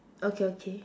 okay okay